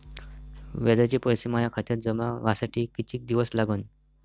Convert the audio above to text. व्याजाचे पैसे माया खात्यात जमा व्हासाठी कितीक दिवस लागन?